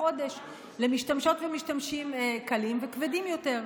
לחודש למשתמשות ומשתמשים קלים וכבדים יותר.